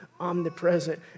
omnipresent